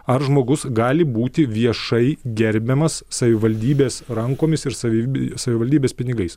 ar žmogus gali būti viešai gerbiamas savivaldybės rankomis ir savibi savivaldybės pinigais